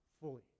fully